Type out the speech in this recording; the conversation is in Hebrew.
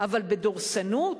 אבל בדורסנות,